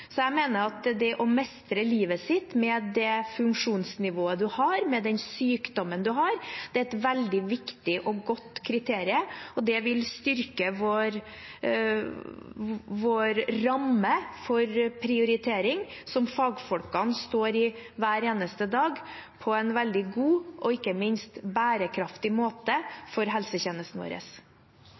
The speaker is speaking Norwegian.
Så jeg mener at det å mestre livet sitt, med det funksjonsnivået man har, med den sykdommen man har, er et veldig viktig og godt kriterium, og det vil styrke vår ramme for prioritering, som fagfolkene står i hver eneste dag på en veldig god – og ikke minst bærekraftig – måte, for helsetjenesten vår.